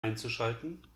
einzuschalten